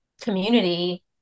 community